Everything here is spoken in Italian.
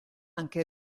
anche